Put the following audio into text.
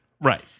Right